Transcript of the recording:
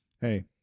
hey